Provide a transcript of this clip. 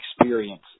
experience